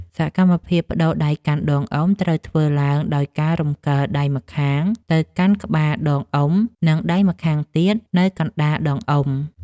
សកម្មភាពប្ដូរដៃកាន់ដងអុំ ត្រូវធ្វើឡើងដោយការរំកិលដៃម្ខាងទៅកាន់ក្បាលដងអុំ និងដៃម្ខាងទៀតនៅកណ្ដាលដងអុំ។